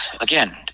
again